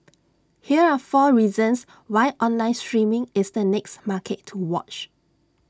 here are four reasons why online streaming is the next market to watch